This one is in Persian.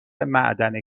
معدن